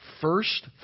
first